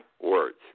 words